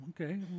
Okay